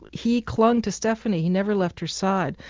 he clung to stephanie, he never left her side,